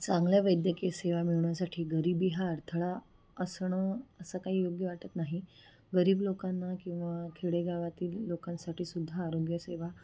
चांगल्या वैद्यकीय सेवा मिळवण्यासाठी गरिबी हा अडथळा असणं असं काही योग्य वाटत नाही गरीब लोकांना किंवा खेडेगावातील लोकांसाठी सुद्धा आरोग्यसेवा